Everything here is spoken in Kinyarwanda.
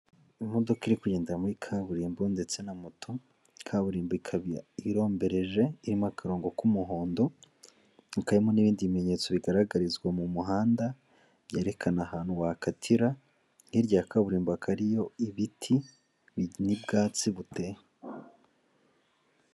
Imodoka iri kugendera muri kaburimbo ndetse na moto. Kaburimbo ikaba irombereje irimo akarongo k'umuhondo karimo n'ibindi bimenyetso bigaragarizwa mu muhanda byerekana ahantu wakatira, hirya ya kaburimbo hakaba hariyo ibiti n'ubwatsi buteye.